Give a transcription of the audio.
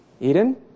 Eden